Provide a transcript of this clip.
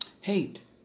hate